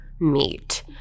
meet